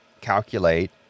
calculate